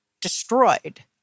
destroyed